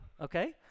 okay